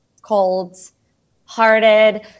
cold-hearted